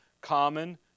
common